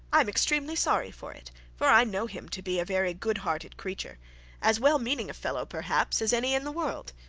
i am extremely sorry for it for i know him to be a very good-hearted creature as well-meaning a fellow perhaps, as any in the world.